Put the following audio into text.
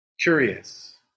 curious